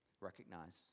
recognize